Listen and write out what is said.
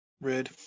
Red